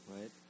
right